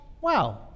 Wow